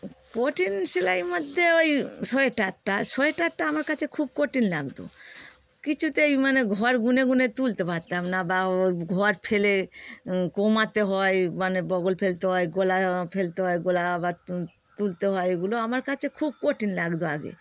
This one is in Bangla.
কঠিন সেলাই মধ্যে ওই সোয়েটারটা সোয়েটারটা আমার কাছে খুব কঠিন লাগত কিছুতেই মানে ঘর গুনে গুনে তুলতে পারতাম না বা ও ঘর ফেলে কমাতে হয় মানে বগল ফেলতে হয় গলা ফেলতে হয় গলা আবার তু তুলতে হয় এগুলো আমার কাছে খুব কঠিন লাগত আগে